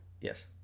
Yes